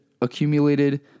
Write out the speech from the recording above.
accumulated